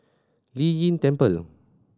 Lei Yin Temple